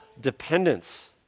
dependence